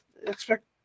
expect